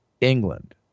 England